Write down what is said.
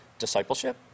discipleship